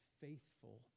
faithful